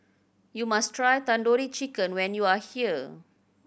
you must try Tandoori Chicken when you are here